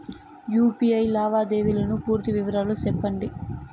UPI లావాదేవీల పూర్తి వివరాలు సెప్పండి?